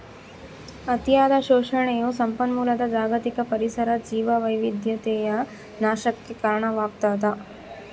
ಅತಿಯಾದ ಶೋಷಣೆಯು ಸಂಪನ್ಮೂಲದ ಜಾಗತಿಕ ಪರಿಸರ ಜೀವವೈವಿಧ್ಯತೆಯ ನಾಶಕ್ಕೆ ಕಾರಣವಾಗ್ತದ